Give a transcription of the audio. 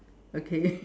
okay